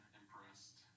impressed